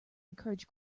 encourage